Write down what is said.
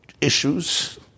issues